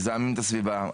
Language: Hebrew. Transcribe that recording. מזהמים את הסביבה.